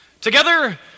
Together